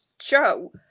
show